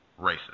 racist